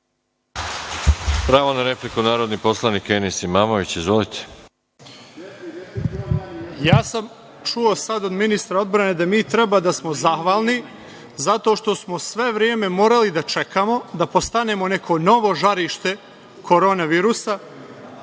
Pravo na repliku, narodni poslanik Enis Imamović. Izvolite. **Enis Imamović** Ja sam čuo sad od ministra odbrane da mi treba da smo zahvalni zato što smo sve vreme morali da čekamo, da postanemo neko novo žarište Koronavirusa,